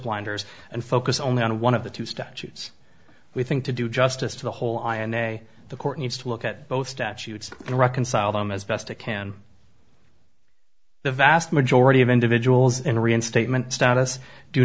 blinders and focus only on one of the two statutes we think to do justice to the whole i and a the court needs to look at both statutes and reconcile them as best i can the vast majority of individuals in reinstatement status do